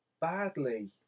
badly